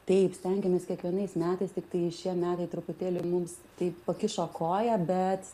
taip stengiamės kiekvienais metais tiktai šie metai truputėlį mums taip pakišo koją bet